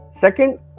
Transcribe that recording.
Second